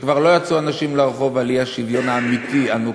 שכבר לא יצאו אנשים לרחוב על האי-שוויון האמיתי הנוקב,